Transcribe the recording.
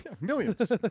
Millions